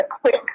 quick